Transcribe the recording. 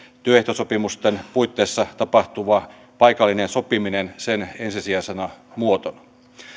työehtosopimusten puitteissa tapahtuva paikallinen sopiminen sen ensisijaisena muotona